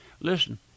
Listen